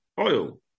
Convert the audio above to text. oil